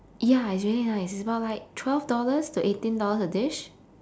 ya it's really nice it's about like twelve dollars to eighteen dollars a dish